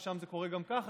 ששם זה קורה גם כך,